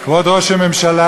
כבוד ראש הממשלה,